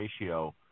ratio